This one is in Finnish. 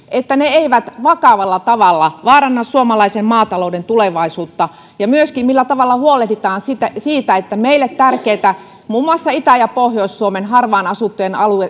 eivät vakavalla tavalla vaaranna suomalaisen maatalouden tulevaisuutta millä tavalla huolehditaan myöskin siitä että meille tärkeät muun muassa itä ja pohjois suomen harvaan asuttujen